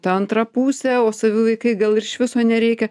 ta antra pusė o savi vaikai gal ir iš viso nereikia